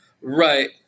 Right